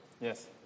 Yes